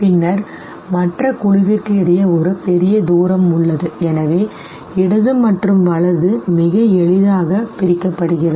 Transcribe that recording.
பின்னர் மற்ற குழுவிற்கு இடையே ஒரு பெரிய தூரம் உள்ளது எனவே இடது மற்றும் வலது மிக எளிதாக பிரிக்கப்படுகிறது